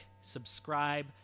subscribe